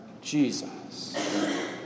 Jesus